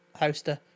hoster